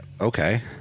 Okay